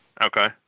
Okay